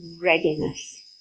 Readiness